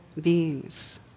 beings